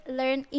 learn